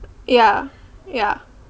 yeah yeah